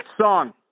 song